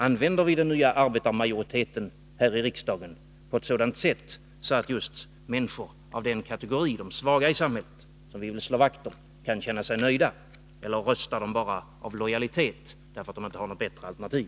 Använder vi den nya arbetarmajoriteten här i riksdagen på ett sådant sätt att just människor av den kategorin, de svaga i samhället som vi vill slå vakt om, kan känna sig nöjda? Eller röstar de bara av lojalitet därför att de inte har något bättre alternativ?